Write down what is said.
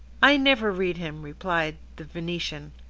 i never read him, replied the venetian.